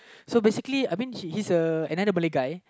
so basically I mean she he's uh another Malay guy